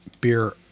Beer